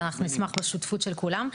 ואנחנו נשמח בשותפות של כולם.